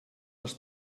les